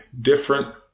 different